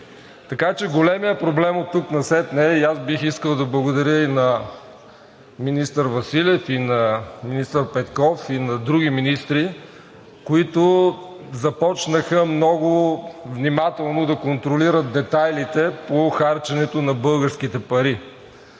Така че големият проблем оттук насетне – бих искал да благодаря и на министър Василев, и на министър Петков, и на други министри, които започнаха много внимателно да контролират детайлите по харченото на българските пари.